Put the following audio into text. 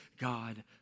God